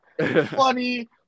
funny